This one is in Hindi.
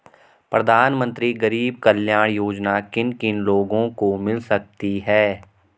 प्रधानमंत्री गरीब कल्याण योजना किन किन लोगों को मिल सकती है?